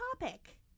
topic